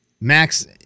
Max